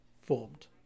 formed